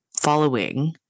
following